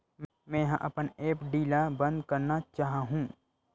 मेंहा अपन एफ.डी ला बंद करना चाहहु